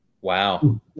Wow